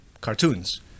cartoons